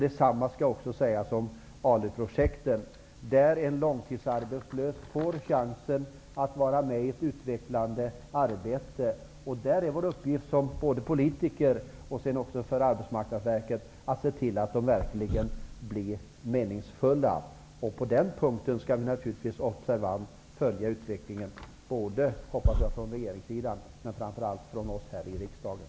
Detsamma skall sägas om ALU-projektet, genom vilket en långtidsarbetslös får chansen att vara med i ett utvecklande arbete. Det är vår uppgift både som politiker och via Arbetsmarknadsverket att tillse att dessa arbeten verkligen blir meningsfulla. På den punkten skall vi naturligtvis observant följa utvecklingen både, som jag hoppas, på regeringssidan och framför allt här i riksdagen.